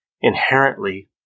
inherently